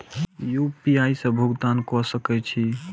UPI से भुगतान क सके छी?